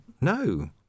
No